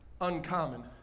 uncommon